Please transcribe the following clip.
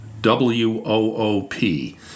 W-O-O-P